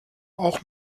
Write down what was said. auch